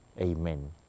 Amen